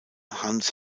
hans